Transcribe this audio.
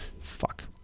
fuck